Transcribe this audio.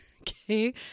Okay